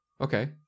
Okay